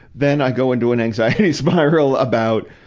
then i go into an anxiety spiral about,